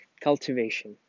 Cultivation